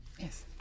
Yes